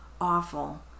awful